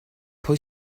pwy